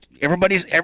Everybody's